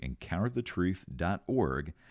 EncounterTheTruth.org